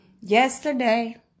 Yesterday